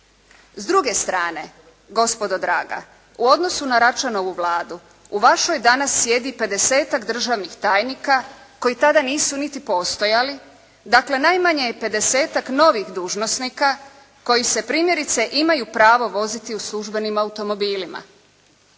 S druge strane gospodo draga, u odnosu na Račanovu Vladu, u vašoj danas sjedi 50-tak državnih tajnika koji tada nisu niti postojali, dakle najmanje je 50-tak novih dužnosnika koji se primjerice imaju pravo voziti u službenim automobilima